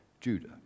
Judah